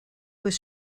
was